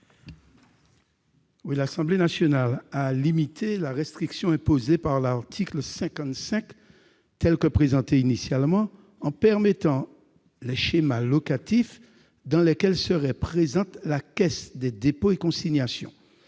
L'Assemblée nationale a limité la restriction imposée par l'article 55 dans sa version initiale en autorisant les schémas locatifs dans lesquels serait présente la Caisse des dépôts et consignations.